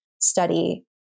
study